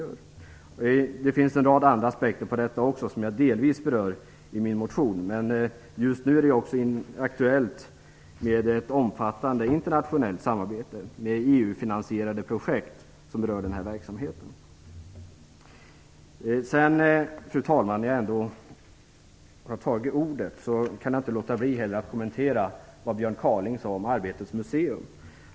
Det finns också en rad andra aspekter på detta som jag delvis berör i min motion, men just nu är det också aktuellt med ett omfattande internationellt samarbete med EU-finansierade projekt som rör den här verksamheten. Fru talman! När jag ändå har ordet kan jag inte låta bli att kommentera vad Björn Kaaling sade om Arbetets museum.